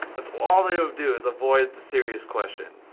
it's all they would do, is avoid the serious question,